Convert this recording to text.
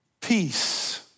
Peace